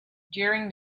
during